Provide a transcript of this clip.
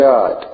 God